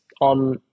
on